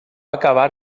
acabar